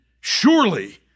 Surely